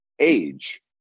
Age